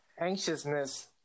anxiousness